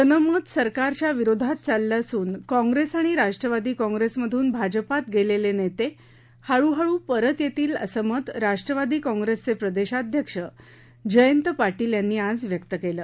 जनमत सरकारच्या विरोधात चाललं असून काँप्रेस आणि राष्ट्रवादी काँप्रेसमधून भाजपात गेलेले नेते हळूहळू परत येतील असं मत राष्ट्रवादी काँप्रेसचे प्रदेशाध्यक्ष जयंत पाटील यांनी आज व्यक्त केलं